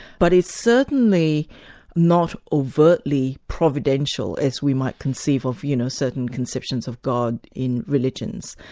but it's certainly not overtly providential, as we might conceive of, you know, certain conceptions of god in religions.